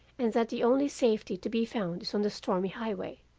and that the only safety to be found is on the stormy highway